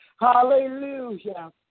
hallelujah